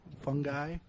Fungi